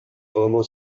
vraiment